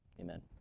amen